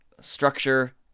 structure